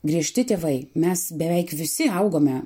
griežti tėvai mes beveik visi augome